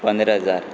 पंदरा हजार